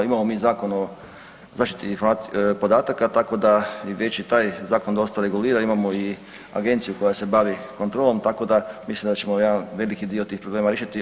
Imamo mi Zakon o zaštiti podataka tako da je već i taj zakon dosta regulira, imamo i agenciju koja se bavi kontrolom, tako da mislim da ćemo jedan veliki dio tih problema riješiti.